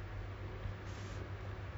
uh I don't think so